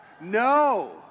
No